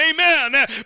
Amen